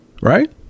Right